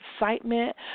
excitement